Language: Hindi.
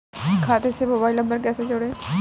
खाते से मोबाइल नंबर कैसे जोड़ें?